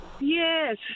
Yes